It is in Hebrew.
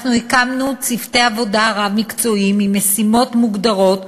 הקמנו צוותי עבודה רב-מקצועיים עם משימות מוגדרות,